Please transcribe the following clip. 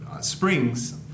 springs